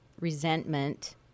resentment